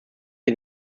sie